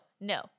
no